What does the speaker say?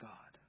God